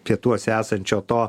pietuose esančio to